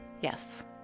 Yes